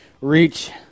reach